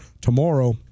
tomorrow